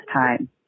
time